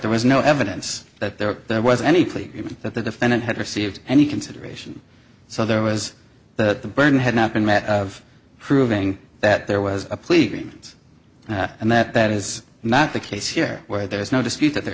there was no evidence that there was any plea that the defendant had received any consideration so there was that the burden had not been met of proving that there was a policeman's and that that is not the case here where there is no dispute that there